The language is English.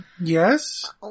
Yes